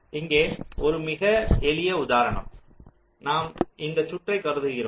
இங்கே ஒரு மிக எளிய உதாரணம் நாம் இந்த சுற்றை கருதுகிறோம்